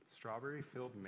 Strawberry-filled